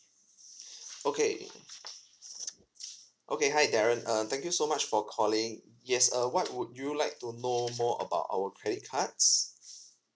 okay okay hi darren err thank you so much for calling yes uh what would you like to know more about our credit cards